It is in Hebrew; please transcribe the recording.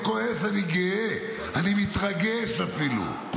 לא כועס, אני גאה, אני מתרגש אפילו.